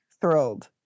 thrilled